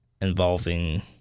involving